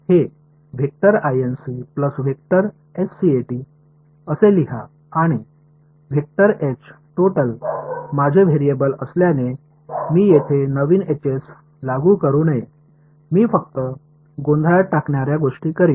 हे असे लिहा आणि माझे व्हेरिएबल असल्याने मी येथे नवीन Hs लागू करू नये मी फक्त गोंधळात टाकणार्या गोष्टी करीन